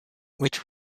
which